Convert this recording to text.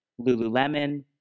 Lululemon